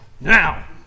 now